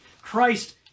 Christ